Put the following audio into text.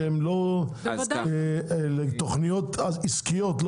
שהם לא --- לתוכניות עסקיות,